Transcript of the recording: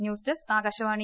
news desk Akashvani